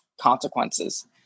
consequences